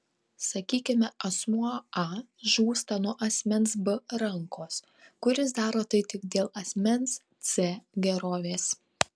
sakykime asmuo a žūsta nuo asmens b rankos kuris daro tai tik dėl asmens c gerovės